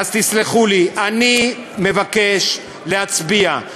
תסלחו לי, אני מבקש להצביע.